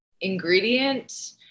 ingredient